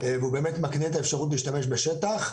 והוא באמת מקנה את האפשרות להשתמש בשטח.